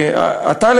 ואתה,